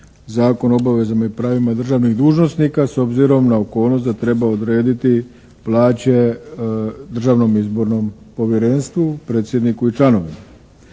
Zakon o obavezama i pravima državnih dužnosnika s obzirom na okolnost da treba odrediti plaće Državnom izbornom povjerenstvu, predsjedniku i članovima.